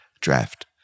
draft